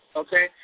okay